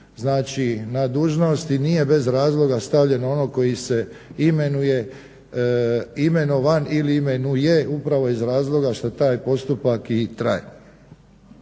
stupili na dužnost i nije bez razloga stavljen onog koji se imenuje imenovan ili imenuje upravo iz razloga što taj postupak i traje.